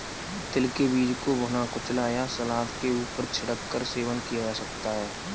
तिल के बीज को भुना, कुचला या सलाद के ऊपर छिड़क कर सेवन किया जा सकता है